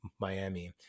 Miami